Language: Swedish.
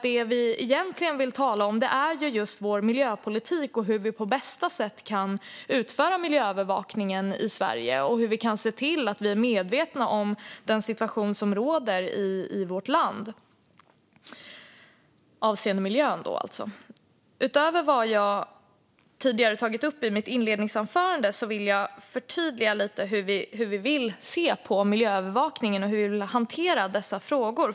Det vi egentligen vill tala om är miljöpolitik och hur vi på bästa sätt kan utföra miljöövervakningen i Sverige och hur vi ser till att bli medvetna om miljösituationen i vårt land. Utöver det jag tidigare tog upp i mitt inledningsanförande vill jag förtydliga lite hur vi ser på miljöövervakningen och hur vi vill hantera dessa frågor.